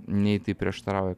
nei tai prieštarauja